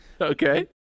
Okay